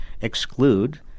exclude